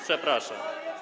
Przepraszam”